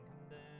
condemned